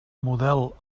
model